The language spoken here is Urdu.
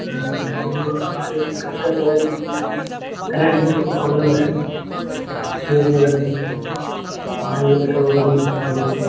وہ ہمارے گھر کا جو ہے کرنٹ میں کچھ پرابلم ہے فیوز وغیرہ میں اور ریگولیٹر وغیرہ میں کچھ پرابلم ہے